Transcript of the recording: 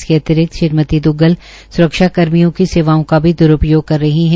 इसके अतिरिक्त श्रीमती द्ग्गल स्रक्षाकर्मियों की सेवाओं का भी द्रुपयोग कर रही हैं